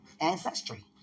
Ancestry